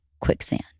quicksand